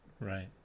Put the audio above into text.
Right